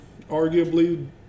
arguably